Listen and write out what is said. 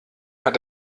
hat